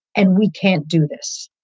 and we can't do this.